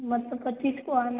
मतलब पच्चीस को आना है